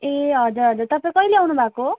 ए हजुर हजुर तपाईँ कहिले आउनु भएको